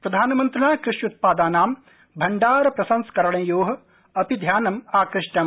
प्रधानमन्त्रिणा कृष्यृत्पादानां भण्डार प्रसंस्करणयो अपि ध्यानम् कृष्टम्